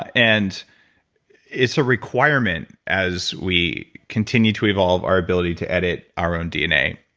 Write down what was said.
and it's a requirement as we continue to evolve our ability to edit our own dna.